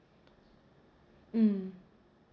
mm